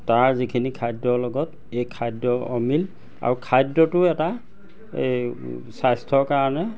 তাৰ যিখিনি খাদ্যৰ লগত এই খাদ্য অমিল আৰু খাদ্যটো এটা স্বাস্থ্যৰ কাৰণে